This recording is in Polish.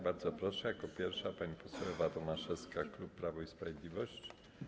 Bardzo proszę, jako pierwsza pani poseł Ewa Tomaszewska, klub Prawo i Sprawiedliwość.